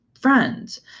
friends